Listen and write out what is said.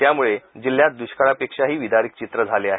त्यामुळं जिल्हयामध्ये द्रष्काळापेक्षाही विदारक चित्र झाले आहे